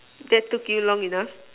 that took you long enough